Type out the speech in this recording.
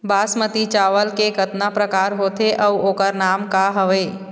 बासमती चावल के कतना प्रकार होथे अउ ओकर नाम क हवे?